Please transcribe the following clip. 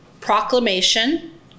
proclamation